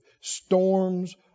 storms